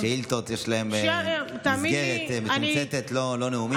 לשאילתות יש מסגרת מתומצתת, לא נאומים.